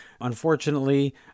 Unfortunately